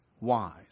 wise